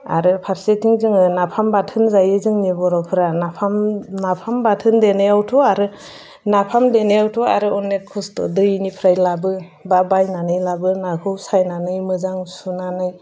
आरो फारसेथिं जोङो नाफाम बाथोन जायो जोंनि बर'फोरा नाफाम बाथोन देनायावथ' आरो नाफाम देनायावथ' आरो अनेक खस्त' दैनिफ्राय लाबो एबा बायनानै लाबो नाखौ सायनानै मोजां सुनानै